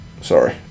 Sorry